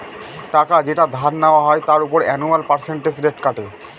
টাকা যেটা ধার নেওয়া হয় তার উপর অ্যানুয়াল পার্সেন্টেজ রেট কাটে